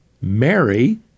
Mary